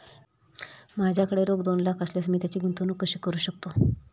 माझ्याकडे रोख दोन लाख असल्यास मी त्याची गुंतवणूक कशी करू शकतो?